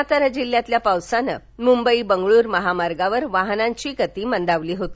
सातारा जिल्ह्यातल्या पावसानं मुंबई बंगळूर महामार्गावर वाहनांघी गती मंदावली होती